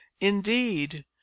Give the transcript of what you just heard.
indeed